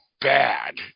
Bad